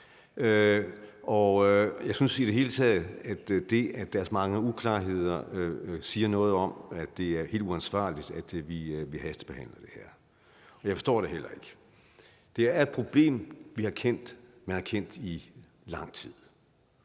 Jeg synes i det hele taget, at det, at der er så mange uklarheder, siger noget om, at det er helt uansvarligt, at vi hastebehandler det her, og jeg forstår det heller ikke. Det er et problem, man har kendt i lang tid.